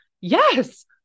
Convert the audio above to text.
Yes